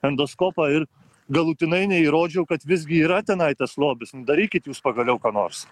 endoskopą ir galutinai neįrodžiau kad visgi yra tenai tas lobis darykit jūs pagaliau ką nors